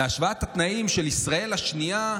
השוואת התנאים של ישראל השנייה,